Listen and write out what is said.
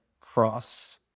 cross